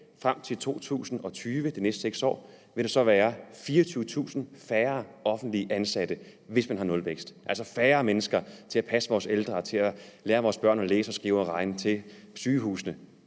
frem til 2020 – de næste 6 år – vil betyde 24.000 færre offentligt ansatte. Der vil altså være færre mennesker til at passe vore ældre, til at lære vores børn at læse, skrive og regne og til sygehusene